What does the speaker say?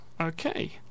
Okay